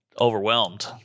overwhelmed